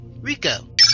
Rico